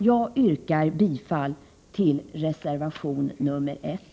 Jag yrkar bifall till reservation 1.